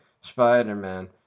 Spider-Man